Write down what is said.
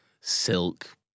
silk